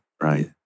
right